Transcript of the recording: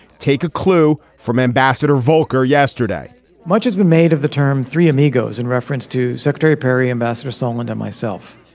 take a clue from ambassador voelker yesterday much has been made of the term three amigos in reference to secretary perry, ambassador solman and myself.